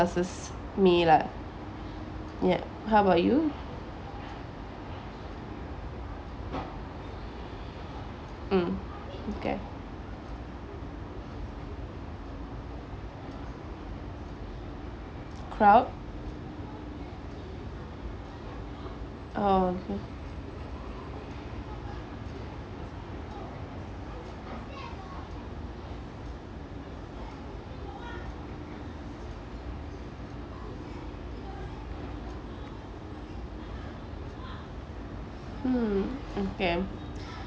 me lah ya how about you mm okay crowd oh okay hmm okay